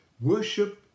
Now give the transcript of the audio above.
worship